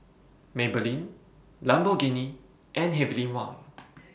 Maybelline Lamborghini and Heavenly Wang